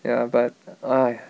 ya but !aiya!